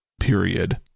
period